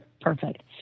perfect